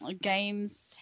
Games